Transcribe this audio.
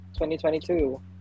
2022